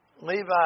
Levi